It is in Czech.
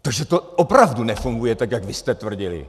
Takže to opravdu nefunguje, tak jak vy jste tvrdili.